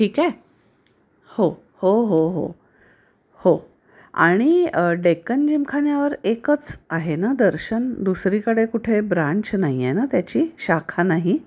ठीक आहे हो हो हो हो हो आणि डेक्कन जिमखान्यावर एकच आहे ना दर्शन दुसरीकडे कुठे ब्रांच नाही आहे ना त्याची शाखा नाही